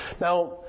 Now